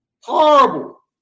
horrible